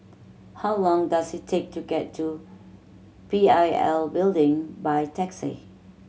how long does it take to get to P I L Building by taxi